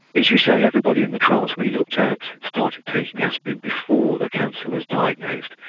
as you say everybody in the trials we looked at started taking aspirin before the cancer was diagnosed.